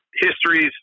histories